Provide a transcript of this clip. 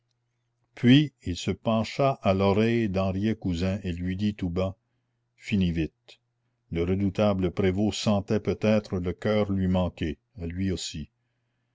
puis il se pencha à l'oreille d'henriet cousin et lui dit tout bas finis vite le redoutable prévôt sentait peut-être le coeur lui manquer à lui aussi